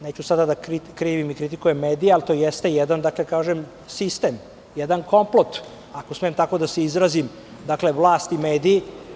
Neću sada da krivim i kritikujem medije, ali to jeste jedan sistem, jedan komplot, ako smem tako da se izrazim, dakle, vlast i mediji.